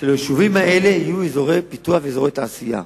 שביישובים האלה יהיו אזורי פיתוח ותעשייה.